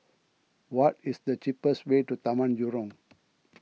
what is the cheapest way to Taman Jurong